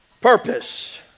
purpose